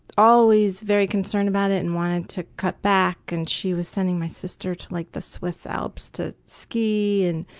always very concerned about it and wanted to cut back, and she was sending my sister to like the swiss alps to ski and,